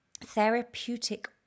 therapeutic